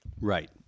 Right